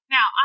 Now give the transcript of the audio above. Now